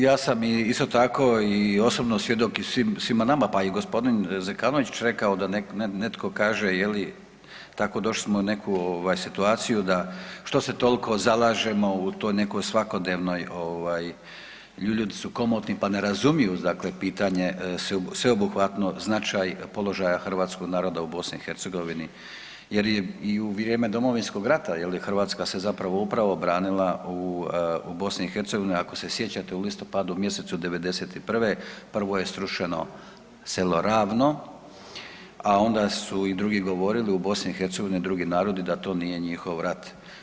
Ja sam isto tako i osobno svjedok i svima nama, pa i g. Zekanović je rekao da netko kaže je li, tako došli smo u neku ovaj situaciju da što se tolko zalažemo u toj nekoj svakodnevnoj ovaj, ljudi su komotni, pa ne razumiju dakle pitanje sveobuhvatno značaj položaja hrvatskog naroda u BiH jer i u vrijeme Domovinskog rata je li Hrvatska se zapravo upravo branila u, u BiH, ako se sjećate u listopadu mjesecu '91. prvo je srušeno selo Ravno, a onda su i drugi govorili u BiH, drugi narodi da to nije njihov rat.